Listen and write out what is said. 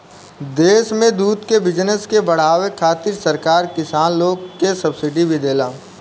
देश में दूध के बिजनस के बाढ़ावे खातिर सरकार किसान लोग के सब्सिडी भी देला